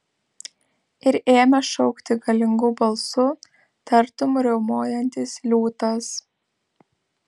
ir ėmė šaukti galingu balsu tartum riaumojantis liūtas